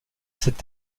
cette